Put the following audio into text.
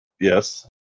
yes